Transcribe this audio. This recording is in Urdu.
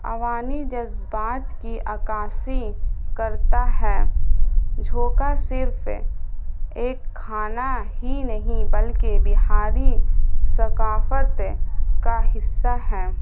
عوانی جذبات کی عکاسی کرتا ہے جھوکا صرف ایک کھانا ہی نہیں بلکہ بہاری ثقافت کا حصہ ہے